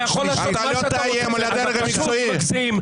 אתה יכול לעשות מה שאתה רוצה, אתה פשוט מגזים.